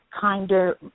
kinder